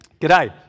G'day